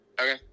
Okay